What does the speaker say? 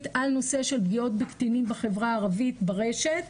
על נושא של פגיעות בקטינים בחברה הערבית ברשת,